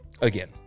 again